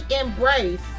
embrace